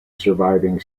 surviving